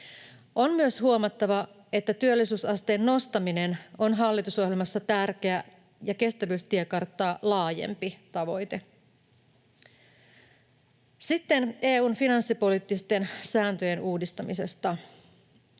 On myös huomattava, että työllisyysasteen nostaminen on hallitusohjelmassa tärkeä ja kestävyystiekarttaa laajempi tavoite. Sitten EU:n finanssipoliittisten sääntöjen uudistamisesta: